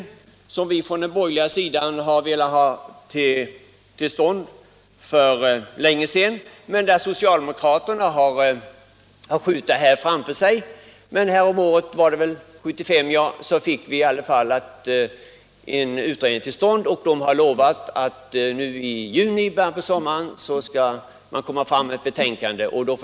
Den har vi från den borgerliga sidan velat ha till stånd för länge sedan, men socialdemokraterna har skjutit det hela framför sig. Häromåret, jag tror att det var 1975, fick vi en utredning till stånd. Den har lovat att lägga fram ett betänkande i början av sommaren.